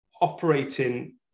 operating